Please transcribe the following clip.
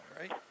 right